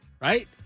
right